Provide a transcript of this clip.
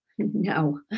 No